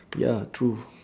ya true